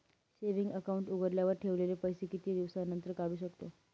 Saving account उघडल्यावर ठेवलेले पैसे किती दिवसानंतर काढू शकतो?